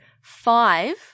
five